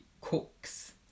cooks